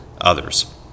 others